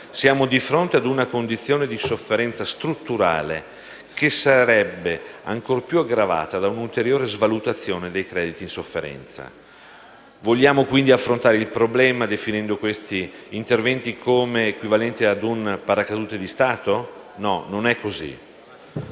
Siamo di fronte ad una condizione di sofferenza strutturale, che sarebbe ancor più aggravata da una ulteriore svalutazione dei crediti in sofferenza. Vogliamo affrontare il problema definendo questi interventi come equivalenti ad un paracadute di Stato? Non è così.